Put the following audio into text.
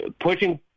pushing